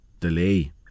delay